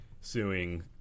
suing